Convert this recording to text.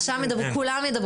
אור, אגף שכר והסכמי עבודה..